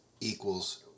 equals